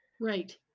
Right